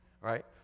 right